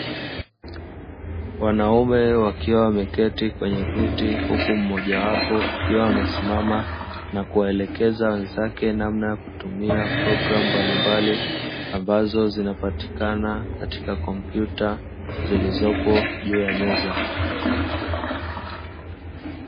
Wanaume wakiwa wameketi kwenye viti, huku mmojawapo akiwa amesimama na kuwaelekeza wenzake namna ya kutumia programu mbalimbali, ambazo zinapatikana katika kompyuta zilizopo juu ya meza.